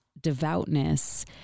devoutness